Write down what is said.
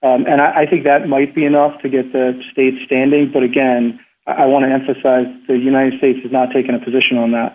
and i think that might be enough to get the states standing but again i want to emphasize the united states has not taken a position on that